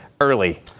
early